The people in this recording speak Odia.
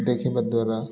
ଦେଖିବା ଦ୍ୱାରା